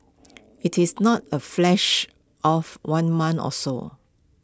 IT is not A flash of one mon or so